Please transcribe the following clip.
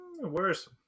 Worse